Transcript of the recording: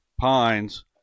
pines